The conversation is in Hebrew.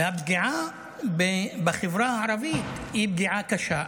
הפגיעה בחברה הערבית היא פגיעה קשה,